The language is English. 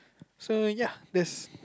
so ya that's